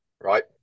right